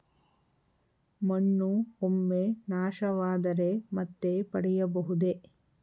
ಮಣ್ಣು ಒಮ್ಮೆ ನಾಶವಾದರೆ ಮತ್ತೆ ಪಡೆಯಬಹುದೇ?